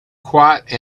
quite